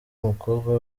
umukobwa